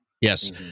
yes